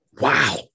Wow